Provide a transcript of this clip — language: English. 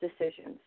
decisions